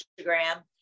Instagram